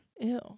ew